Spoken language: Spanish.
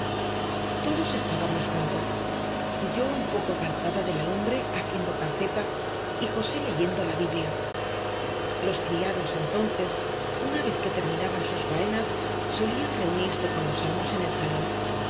todos estábamos juntos yo un poco apartada de la lumbre haciendo calceta y josé leyendo la biblia los criados entonces una vez que terminaban sus faenas solían reunirse con los amos en el salón